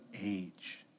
age